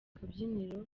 kabyiniro